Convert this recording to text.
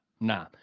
nah